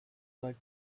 like